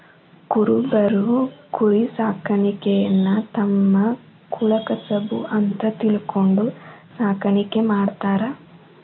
ಕುರಬರು ಕುರಿಸಾಕಾಣಿಕೆಯನ್ನ ತಮ್ಮ ಕುಲಕಸಬು ಅಂತ ತಿಳ್ಕೊಂಡು ಸಾಕಾಣಿಕೆ ಮಾಡ್ತಾರ